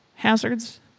hazards